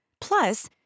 Plus